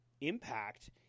Impact